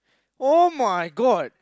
[oh]-my-god